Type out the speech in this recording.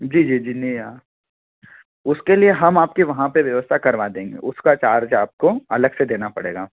जी जी जी नी आ उसके लिए हम आपके वहाँ पर व्यवस्था करवा देंगे उसका चार्ज आपको अलग से देना पड़ेगा